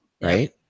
right